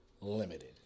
limited